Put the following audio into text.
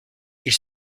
ils